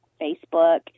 Facebook